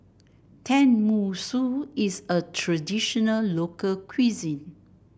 Tenmusu is a traditional local cuisine